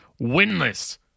winless